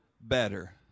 better